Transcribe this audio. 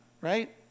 right